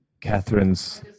Catherine's